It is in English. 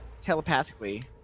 telepathically